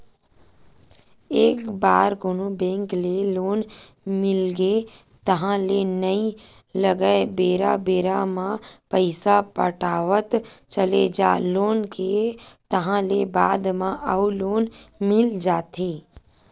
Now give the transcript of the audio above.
एक बार कोनो बेंक ले लोन मिलगे ताहले नइ लगय बेरा बेरा म पइसा पटावत चले जा लोन के ताहले बाद म अउ लोन मिल जाथे